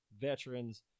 veterans